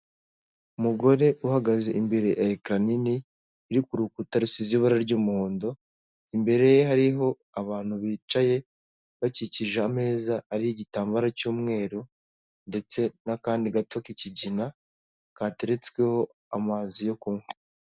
Umugore uhagaze imbere ya ekara nini iri ku rukuta rusize ibara ry'umuhondo, imbere ye hariho abantu bicaye bakikije ameza ariho igitambara cy'umweru ndetse n'akandi gato k'ikigina gateretsweho amazi yo kunywa.